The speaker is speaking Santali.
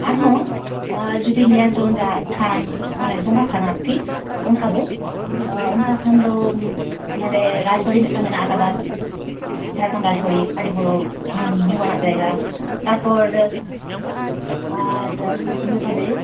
ᱟᱨᱦᱚᱸ ᱡᱩᱫᱤ ᱧᱮᱞ ᱡᱚᱝ ᱛᱷᱟᱱ ᱢᱟᱱᱮ ᱵᱚᱸᱜᱟ ᱛᱷᱟᱱ ᱟᱨᱠᱤ ᱚᱱᱠᱟ ᱫᱚ ᱚᱱᱠᱟ ᱠᱷᱟᱱ ᱫᱚ ᱱᱚᱸᱰᱮ ᱨᱟᱡᱽ ᱵᱟᱲᱤ ᱢᱮᱫᱴᱟᱝ ᱢᱮᱱᱟᱜ ᱟᱠᱟᱫᱟ ᱡᱷᱲᱜᱨᱟᱢ ᱨᱟᱡᱽ ᱵᱟᱲᱤ ᱟᱹᱰᱤ ᱵᱚᱲᱚ ᱧᱩᱢ ᱧᱩᱢᱟᱱᱟᱜ ᱡᱟᱭᱜᱟ ᱛᱟᱨᱯᱚᱨ ᱟᱨ ᱤᱱᱟᱹ ᱵᱟᱫᱮ